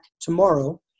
tomorrow